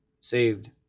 saved